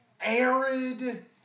arid